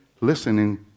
listening